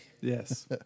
Yes